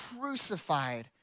crucified